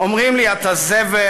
אומרים לי: אתה זבל,